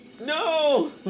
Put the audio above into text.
No